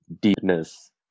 deepness